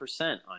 on